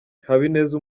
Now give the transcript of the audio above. habineza